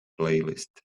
playlist